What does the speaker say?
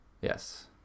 yes